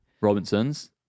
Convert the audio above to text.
Robinsons